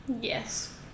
Yes